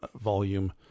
Volume